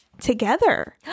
together